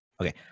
Okay